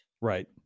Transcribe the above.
right